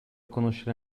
conoscere